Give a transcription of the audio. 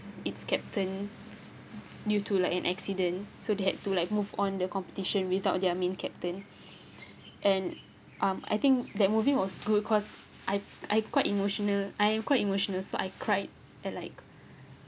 its captain due to like an accident so they had to like move on the competition without their main captain and um I think that movie was good cause I I quite emotional I am quite emotional so I cried at like